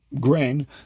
grain